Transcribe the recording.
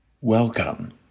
Welcome